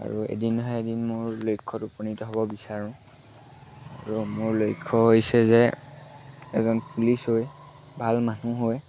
আৰু এদিন আহে এদিন মোৰ লক্ষ্যত উপনীত হ'ব বিচাৰোঁ আৰু মোৰ লক্ষ্য হৈছে যে এজন পুলিচ হৈ ভাল মানুহ হৈ